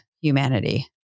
humanity